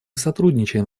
сотрудничаем